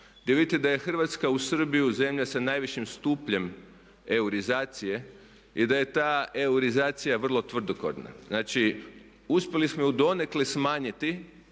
gdje vidite da je Hrvatska uz Srbiju zemlja sa najvišim stupnjem eurizacije i da je ta eurizacija vrlo tvrdokorna. Znači, uspjeli smo je donekle smanjiti